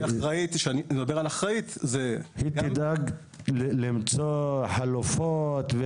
היא תדאג למצוא חלופות?